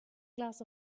glass